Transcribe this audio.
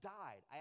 died